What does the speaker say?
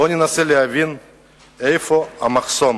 בואו ננסה להבין איפה המחסום